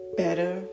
better